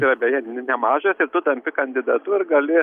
yra beje nemažas ir tu tampi kandidatu ir gali